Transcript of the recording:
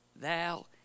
thou